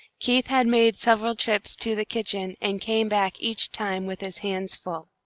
keith had made several trips to the kitchen, and came back each time with his hands full.